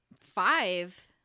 five